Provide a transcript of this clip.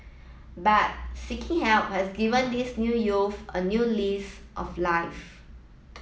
but seeking help has given these new youths a new lease of life